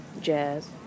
Jazz